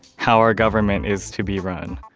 how our government is to be run.